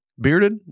Bearded